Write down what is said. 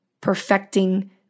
perfecting